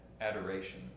adoration